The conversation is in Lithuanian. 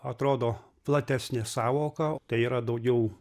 atrodo platesnė sąvoka tai yra daugiau